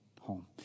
home